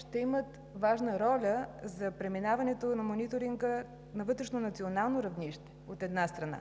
ще имат важна роля за преминаването на Мониторинга на вътрешно национално равнище – от една страна.